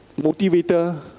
motivator